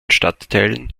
stadtteilen